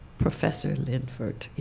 professor linford.